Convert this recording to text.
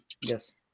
yes